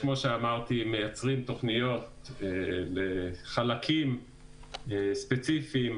כאמור מייצרים תוכניות בחלקים ספציפיים,